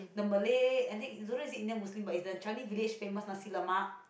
the Malay I think is don't say Indian Muslim but is the Changi-Village famous nasi-lemak